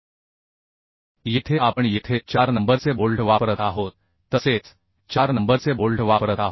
तर येथे आपण येथे 4 नंबरचे बोल्ट वापरत आहोत तसेच 4 नंबरचे बोल्ट वापरत आहोत